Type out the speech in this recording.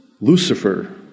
Lucifer